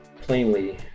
Plainly